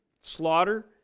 slaughter